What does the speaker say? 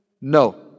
No